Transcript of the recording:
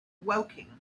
woking